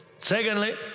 secondly